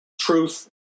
Truth